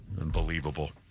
Unbelievable